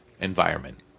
environment